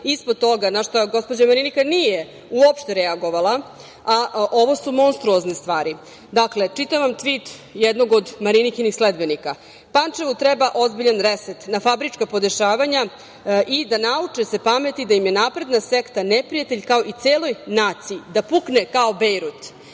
ispod toga, na šta gospođa Marinika nije uopšte reagovala, a ovo su monstruozne stvari. Dakle, čitam vam tvit i jednog od Marikinih sledbenika – Pančevu treba ozbiljan reset na fabrička podešavanja i da se nauče pameti da im je napredna sekta neprijatelj kao i celoj naciji, da pukne kao Bejrut. Dakle,